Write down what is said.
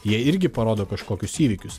jie irgi parodo kažkokius įvykius